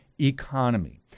economy